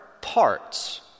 parts